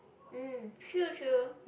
mm true true